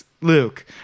Luke